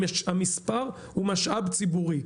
המספר הוא משאב ציבורי.